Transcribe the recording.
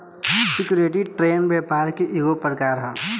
security trading व्यापार के ईगो प्रकार ह